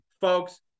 Folks